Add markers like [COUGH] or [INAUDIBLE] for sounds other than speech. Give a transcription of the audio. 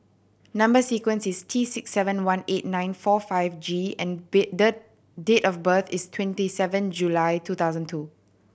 number sequence is T six seven one eight nine four five G and [UNINTELLIGIBLE] the date of birth is twenty seven July two thousand two